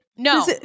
No